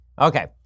Okay